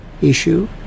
issue